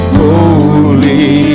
holy